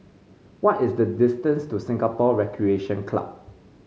what is the distance to Singapore Recreation Club